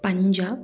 Punjab